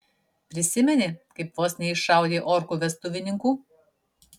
prisimeni kaip vos neiššaudei orkų vestuvininkų